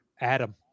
Adam